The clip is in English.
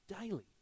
daily